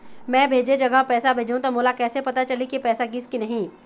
मैं भेजे जगह पैसा भेजहूं त मोला कैसे पता चलही की पैसा गिस कि नहीं?